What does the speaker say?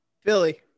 Philly